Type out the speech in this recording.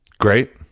Great